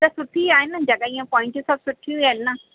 त सुठी आहे न जॻहि ईअं पोइंटियूं सभु सुठियूं ई आहिनि न